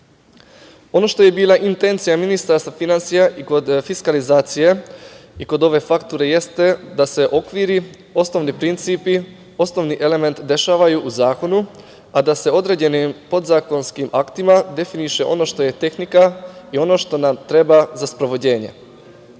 što je bila intencija Ministarstva finansija i kod fiskalizacije i kod ove fakture jeste da se uokvire osnovni principi, osnovni element dešavaju u zakonu, a da se određenim podzakonskim aktima definiše ono što je tehnika i ono što nam treba za sprovođenje.